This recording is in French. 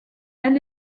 elle